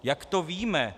Jak to víme?